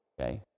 okay